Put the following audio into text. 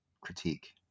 critique